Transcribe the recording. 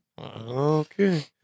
Okay